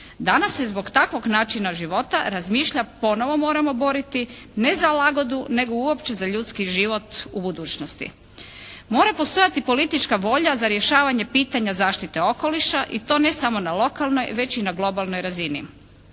Danas se zbog takvog načina života razmišlja, ponovo moramo boriti ne za lagodu nego uopće za ljudski život u budućnosti. Mora postojati politička volja za rješavanje pitanja zaštite okoliša i to ne samo na lokalnoj već i na globalnoj razini.